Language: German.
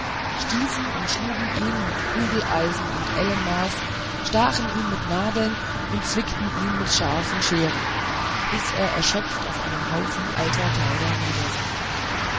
stießen und schlugen ihn mit biegeleisen und ellenmeß stachen ihn mit nadeln und zwickten ihn mit scharfen scheren bis er erschöpft auf einen haufen alter kleider